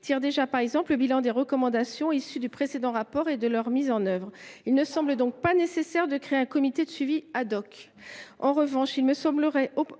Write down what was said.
tire déjà, par exemple, le bilan des recommandations issues du précédent rapport et de leur mise en œuvre. Il ne semble donc pas nécessaire de créer un comité de suivi. En revanche, il serait